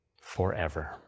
forever